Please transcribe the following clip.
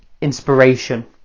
inspiration